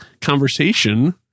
conversation